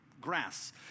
grass